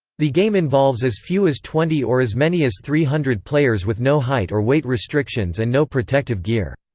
the game involves as few as twenty or as many as three hundred players with no height or weight restrictions and no protective gear.